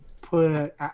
put